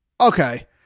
Okay